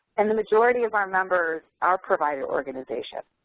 and the majority of our members are provider organization.